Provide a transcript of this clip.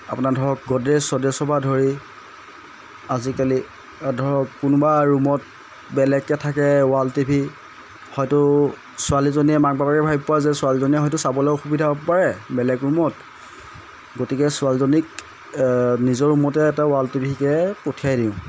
আপোনাৰ ধৰক গদ্ৰজ চদ্ৰছৰপৰা ধৰি আজিকালি ধৰক কোনোবা ৰুমত বেলেগকৈ থাকে ৱাল টি ভি হয়তো ছোৱালীজনীয়ে মাক বাপেকে ভাবিব আৰু ছোৱালীজনীয়েও হয়তো চাবলৈ সুবিধা হ'ব পাৰে বেলেগ ৰুমত গতিকে ছোৱালীজনীক নিজৰ ৰুমতে এটা ৱাল টি ভিকে পঠিয়াই দিওঁ